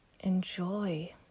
Enjoy